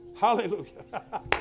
Hallelujah